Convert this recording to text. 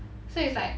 so it's like